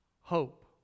hope